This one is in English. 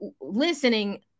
listening